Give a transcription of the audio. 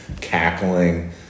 cackling